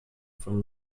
from